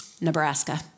Nebraska